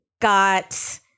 got